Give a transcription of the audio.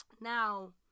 Now